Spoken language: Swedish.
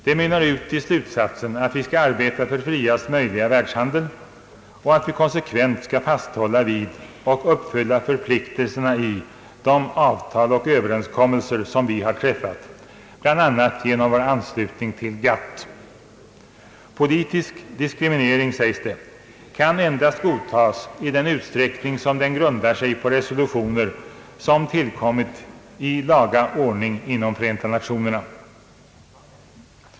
Det mynnar ut i slutsatsen att vi skall arbeta för friast möjliga världshandel och att vi konsekvent skall fasthålla vid och uppfylla förpliktelserna i de avtal och överenskommelser som vi har träffat — bl.a. genom vår anslutning till GATT. Politisk diskriminering, heter det, kan endast godtagas i den utsträckning som den grundar sig på resolutioner som tillkommit i laga ordning inom Förenta Nationerna.